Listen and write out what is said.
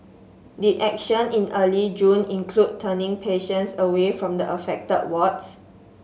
did action in early June include turning patients away from the affected wards